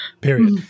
Period